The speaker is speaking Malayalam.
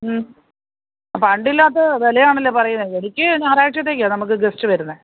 പണ്ടില്ലാത്ത വിലയാണല്ലോ പറയുന്നത് എനിക്ക് ഞാറാഴ്ചത്തേക്കാണ് നമുക്ക് ഗസ്റ്റ് വരുന്നത്